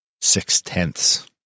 six-tenths